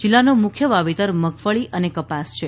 જીલ્લાનું મુખ્ય વાવેતર મગફળી અને કપાસ છે